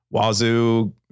wazoo